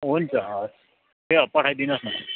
हुन्छ हवस् ए पठाइदिनुहोस् न